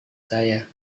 saya